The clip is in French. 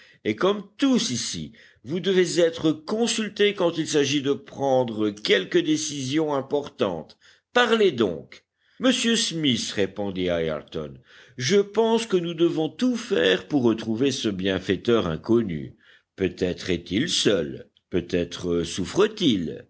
et comme tous ici vous devez être consulté quand il s'agit de prendre quelque décision importante parlez donc monsieur smith répondit ayrton je pense que nous devons tout faire pour retrouver ce bienfaiteur inconnu peut-être est-il seul peut-être souffre t il